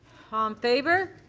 um favor.